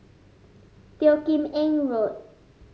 Teo Kim Eng Road